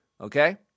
Okay